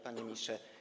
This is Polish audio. Panie Ministrze!